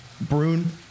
Brune